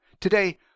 Today